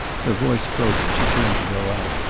her voice broke and she turned to go out,